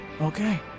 Okay